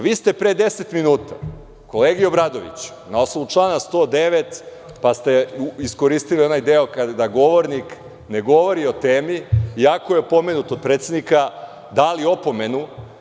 Vi ste pre deset minuta kolegi Obradoviću na osnovu člana 109, pa ste iskoristili onaj deo kada govornik ne govori o temi, iako je opomenut od predsednika dali opomenu.